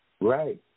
Right